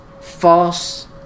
false